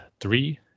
Three